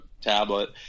tablet –